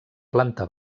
planta